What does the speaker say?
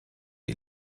die